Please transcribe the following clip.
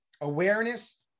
awareness